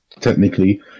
technically